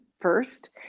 first